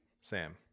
Sam